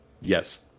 Yes